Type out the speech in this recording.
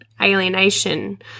alienation